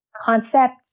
concept